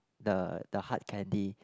the the hard candy